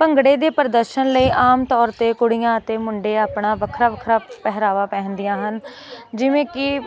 ਭੰਗੜੇ ਦੇ ਪ੍ਰਦਰਸ਼ਨ ਲਈ ਆਮ ਤੌਰ 'ਤੇ ਕੁੜੀਆਂ ਅਤੇ ਮੁੰਡੇ ਆਪਣਾ ਵੱਖਰਾ ਵੱਖਰਾ ਪਹਿਰਾਵਾ ਪਹਿਨਦੀਆਂ ਹਨ ਜਿਵੇਂ ਕਿ